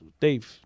Dave